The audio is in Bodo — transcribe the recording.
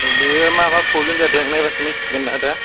बेयो मा मा प्रब्लेम जादों नायबासो मिथिसिगोन ना दा